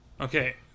Okay